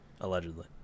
allegedly